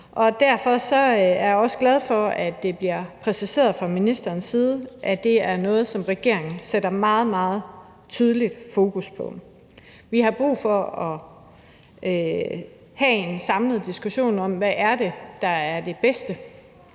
og derfor er jeg også glad for, at det bliver præciseret fra ministerens side, at det er noget, som regeringen sætter meget, meget tydeligt fokus på. Vi har brug for at have en samlet diskussion om, hvad der er det bedste,